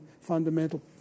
fundamental